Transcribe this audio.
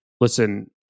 Listen